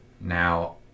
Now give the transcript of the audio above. Now